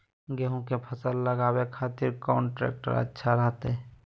गेहूं के फसल लगावे खातिर कौन ट्रेक्टर अच्छा रहतय?